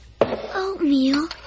Oatmeal